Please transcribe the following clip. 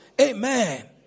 Amen